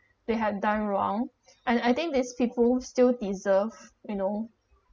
they had done wrong and I think this people still deserve you know